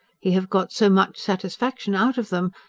he have got so much satisfaction out of them,